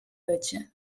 wycie